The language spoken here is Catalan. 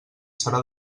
serà